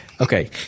Okay